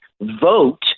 vote